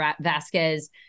Vasquez